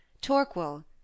Torquil